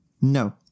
No